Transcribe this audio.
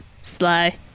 sly